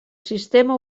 sistema